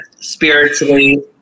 spiritually